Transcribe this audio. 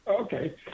Okay